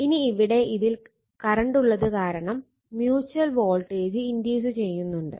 ഇനി ഇവിടെ ഇതിൽ കറണ്ട് ഉള്ളത് കാരണം മ്യൂച്ചൽ വോൾട്ടേജ് ഇൻഡ്യൂസ് ചെയ്യുന്നുണ്ട്